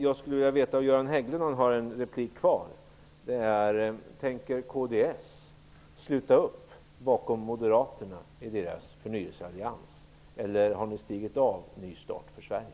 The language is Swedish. Jag skulle vilja höra från Göran Hägglund, om han har en replik kvar, om Kristdemokraterna tänker sluta upp bakom Moderaternas förnyelseallians eller om man har stigit av från Ny start för Sverige.